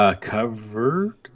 Covered